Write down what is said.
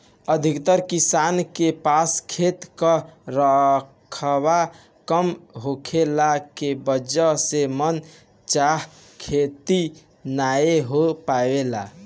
अधिकतर किसान के पास खेत कअ रकबा कम होखला के वजह से मन चाहा खेती नाइ हो पावेला